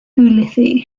ulithi